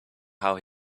how